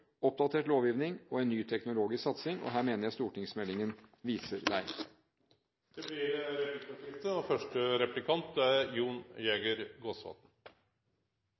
oppdatert lovgivning og en ny teknologisk satsing. Her mener jeg at stortingsmeldingen viser vei. Det blir replikkordskifte. Jeg opplever at regjeringspartiene tegner et litt rosenrødt bilde av IKT-situasjonen i helsevesenet. Nå er